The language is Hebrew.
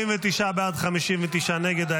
49 בעד, 59 נגד.